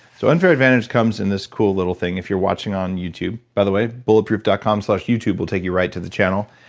so unfair advantage comes in this cool little thing, if you're watching on youtube. by the way, bulletproof dot com slash youtube will take you right to the channel.